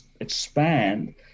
expand